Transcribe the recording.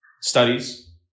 studies